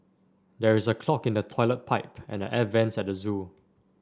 there is a clog in the toilet pipe and the air vents at the zoo